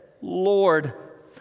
Lord